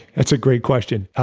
that's a great question.